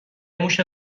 موش